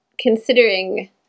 considering